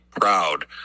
proud